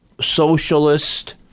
socialist